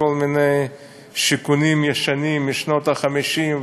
כל מיני שיכונים ישנים משנות ה-50,